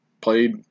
played